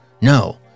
No